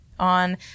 on